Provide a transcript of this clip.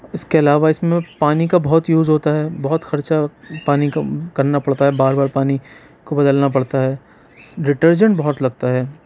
اِس کے علاوہ اِس میں پانی کا بہت یوز ہوتا ہے بہت خرچہ پانی کا کا کرنا پڑتا ہے بار بار پانی کو بدلنا پڑتا ہے ڈٹرجن بہت لگتا ہے